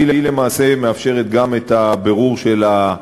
שלמעשה מאפשרת גם את הבירור של,